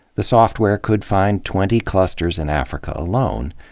the software could find twenty clusters in africa alone.